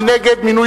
מי נגד,